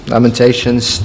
Lamentations